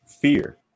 Fear